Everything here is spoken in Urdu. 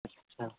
اچھا